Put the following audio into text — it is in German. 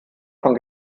von